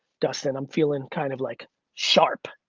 dustin, i'm feelin' kind of like sharp.